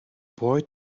boy